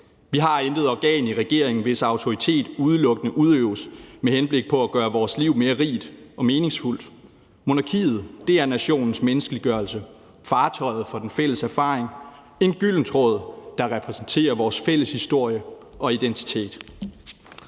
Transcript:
Vi har intet organ i regeringen, hvis autoritet udelukkende udøves med henblik på at gøre vores liv mere rigt og meningsfuldt. Monarkiet er nationens menneskeliggørelse, fartøjet for den fælles erfaring, en gylden tråd, der repræsenterer vores fælles historie og identitet.